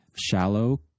shallow